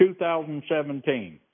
2017